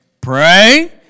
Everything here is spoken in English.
Pray